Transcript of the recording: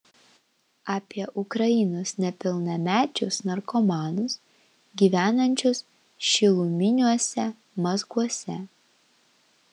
apie ukrainos nepilnamečius narkomanus gyvenančius šiluminiuose mazguose